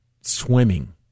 swimming